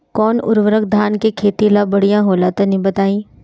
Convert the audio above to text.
कौन उर्वरक धान के खेती ला बढ़िया होला तनी बताई?